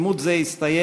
עימות זה הסתיים,